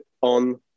on